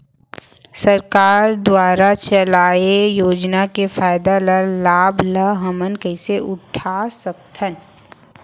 सरकार दुवारा चलाये योजना के फायदा ल लाभ ल हमन कइसे उठा सकथन?